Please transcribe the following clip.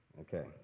Okay